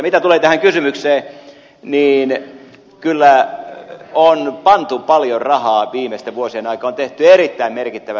mitä tulee tähän kysymykseen niin kyllä on pantu paljon rahaa viimeisten vuosien aikaan on tehty erittäin merkittävä käännös